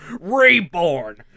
Reborn